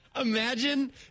Imagine